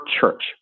church